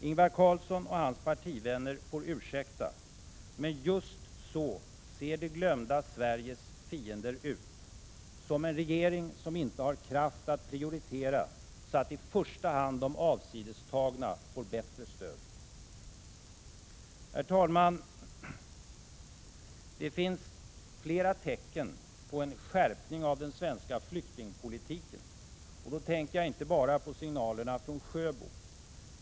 Ingvar Carlsson och hans partivänner får ursäkta, men just så ser det glömda Sveriges fiender ut: som en regering som inte har kraft att prioritera så att i första hand de avsidestagna får bättre stöd. Herr talman! Det finns flera tecken på en skärpning av den svenska flyktingpolitiken. Då tänker jag inte bara på signalerna från Sjöbo.